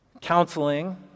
counseling